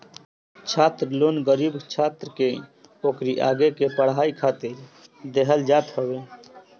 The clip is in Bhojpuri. छात्र लोन गरीब छात्र के ओकरी आगे के पढ़ाई खातिर देहल जात हवे